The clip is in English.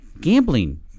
gambling